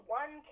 one